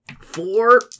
Four